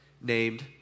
named